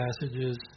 passages